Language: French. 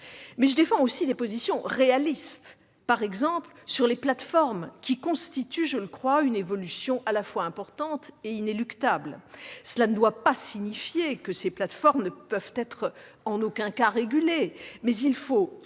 Mais je défends aussi des positions réalistes, par exemple sur les plateformes qui constituent, je le crois, une évolution à la fois importante et inéluctable. Cela ne doit pas signifier que ces plateformes ne peuvent être en aucun cas régulées, mais il faut